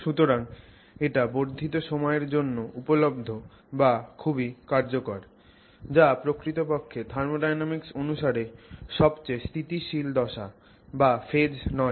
সুতরাং এটা বর্ধিত সময়ের জন্য উপলব্ধ যা খুবই কার্যকর যা প্রকৃতপক্ষে থার্মোডায়নামিক্স অনুসারে সবচেয়ে স্থিতিশীল দশা বা ফেজ নয়